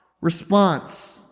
response